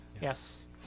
Yes